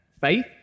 faith